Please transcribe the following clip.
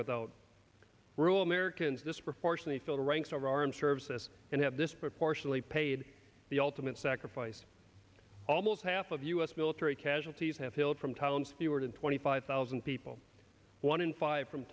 without rule americans disproportionately fill the ranks of armed services and have this proportionately paid the ultimate sacrifice almost half of u s military casualties have hailed from towns fewer than twenty five thousand people one in five from